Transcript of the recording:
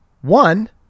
one